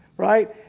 right?